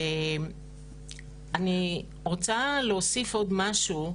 אני רוצה להוסיף עוד משהו,